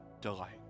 delight